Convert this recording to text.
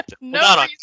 no